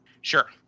Sure